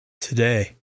Today